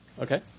Okay